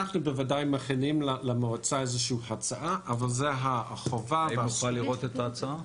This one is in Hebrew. אנחנו מכינים למועצה הצעה אבל זאת החובה -- האם נוכל לראות את ההצעה?